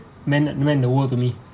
meant meant the world to me